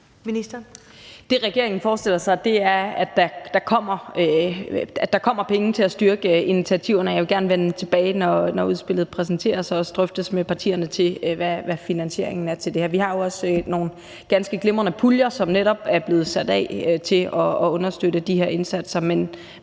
Det, regeringen forestiller sig, er, at der kommer penge til at styrke initiativerne, og jeg vil gerne, når udspillet præsenteres og også drøftes med partierne, vende tilbage med, hvad finansieringen til det er. Vi har jo også nogle ganske glimrende puljer, som netop er blevet sat af til at understøtte de her indsatser.